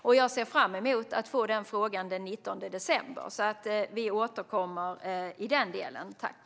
Och jag ser fram emot att få den frågan den 19 december. Vi återkommer alltså till den delen.